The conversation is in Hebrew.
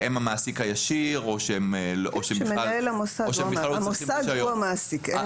שהם המעסיק הישיר או שהם בכלל לא צריכים רישיון.